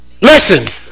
Listen